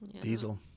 Diesel